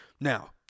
Now